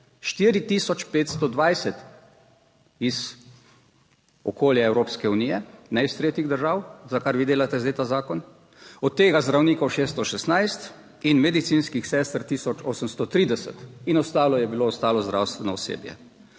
520 iz okolja Evropske unije, ne iz tretjih držav, za kar vi delate zdaj ta zakon. Od tega zdravnikov 616 in medicinskih sester 1830 in ostalo je bilo ostalo zdravstveno osebje.